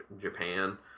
Japan